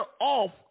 off